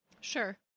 Sure